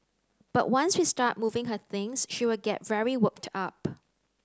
but once we start moving her things she will get very worked up